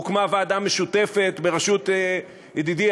הוקמה ועדת משותפת בראשות ידידי,